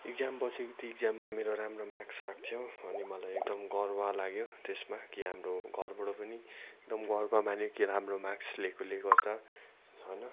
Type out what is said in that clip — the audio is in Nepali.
इक्जाम बसेँ त्यो इक्जाममा मेरो राम्रो मार्क्स आएको थियो अनि मलाई एकदमै गर्व लाग्यो त्यसमा कि हाम्रो घरबाट पनि एकदम गर्व मान्यो कि राम्रो मार्क्स ल्याएको ल्याएकै गर्छ होइन